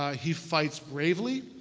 ah he fights bravely.